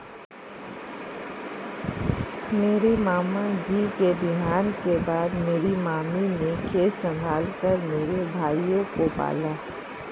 मेरे मामा जी के देहांत के बाद मेरी मामी ने खेत संभाल कर मेरे भाइयों को पाला